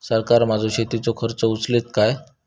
सरकार माझो शेतीचो खर्च उचलीत काय?